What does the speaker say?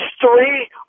three